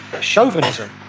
Chauvinism